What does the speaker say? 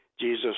Jesus